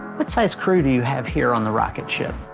what size crew do you have here, on the rocketship?